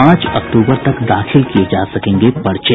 पांच अक्टूबर तक दाखिल किये जा सकेंगे पर्चे